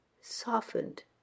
softened